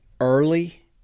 early